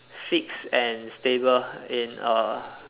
fix and stable in a